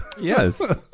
Yes